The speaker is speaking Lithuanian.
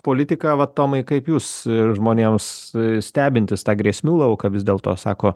politiką va tomai kaip jūs žmonėms stebintis tą grėsmių lauką vis dėl to sako